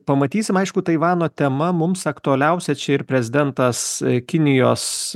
pamatysim aišku taivano tema mums aktualiausia čia ir prezidentas kinijos